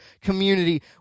community